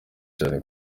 cyane